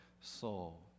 soul